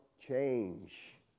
change